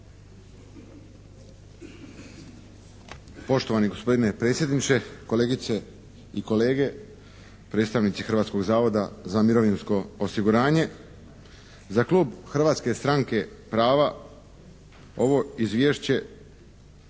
Poštovani gospodine predsjedniče, kolegice i kolege, predstavnici Hrvatskog zavoda za mirovinsko osiguranje. Za klub Hrvatske stranke prava ovo izvješće